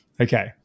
Okay